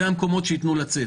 זה המקומות שייתנו לצאת.